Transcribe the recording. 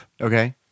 Okay